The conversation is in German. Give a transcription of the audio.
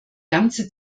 ganze